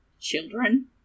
Children